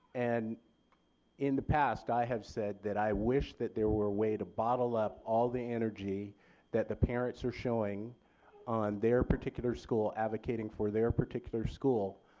and in the past i have said that i wish that there were a way to bottle up all the energy that the parents are showing on their particular school advocating for their particular school,